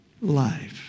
life